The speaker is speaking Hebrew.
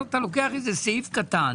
אתה לוקח סעיף קטן